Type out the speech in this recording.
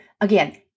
Again